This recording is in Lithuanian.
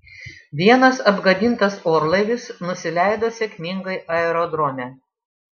vienas apgadintas orlaivis nusileido sėkmingai aerodrome